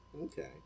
okay